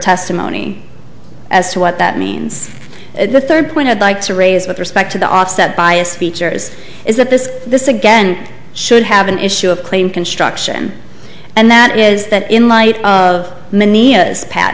testimony as to what that means the third point i'd like to raise with respect to the offset bias features is that this this again should have an issue of claim construction and that is that in light of minea is pat